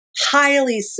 highly